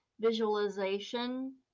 Visualization